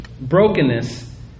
Brokenness